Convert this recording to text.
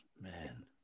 Man